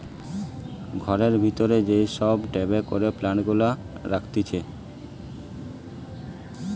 ঘরের ভিতরে যেই সব টবে করে প্লান্ট গুলা রাখতিছে